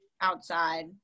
outside